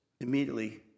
immediately